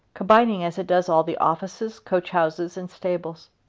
combining as it does all the offices, coach houses, and stables.